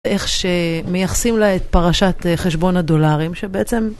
איך שמייחסים לה את פרשת חשבון הדולרים שבעצם